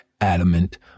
adamant